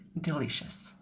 delicious